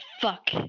fuck